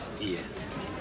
Yes